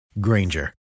Granger